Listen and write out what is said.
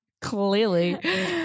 Clearly